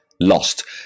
lost